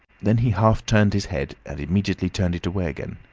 then he half turned his head and immediately turned it away again.